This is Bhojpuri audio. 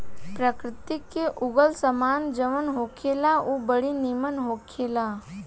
प्रकृति से उगल सामान जवन होखेला उ बड़ी निमन होखेला